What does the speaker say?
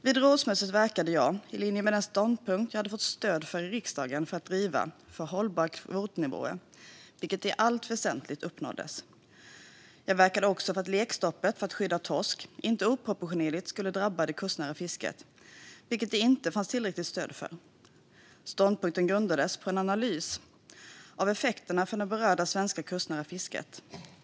Vid rådsmötet verkade jag, i linje med den ståndpunkt jag fått stöd för i riksdagen, för hållbara kvotnivåer, vilket i allt väsentligt uppnåddes. Jag verkade också för att lekstoppet för att skydda torsk inte oproportionerligt skulle drabba det kustnära fisket, vilket det dock inte fanns tillräckligt stöd för. Ståndpunkten grundades på en analys av effekterna för det berörda svenska kustnära fisket.